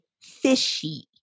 fishy